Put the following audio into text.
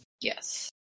Yes